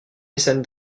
mécène